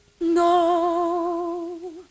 no